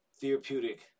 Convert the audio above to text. therapeutic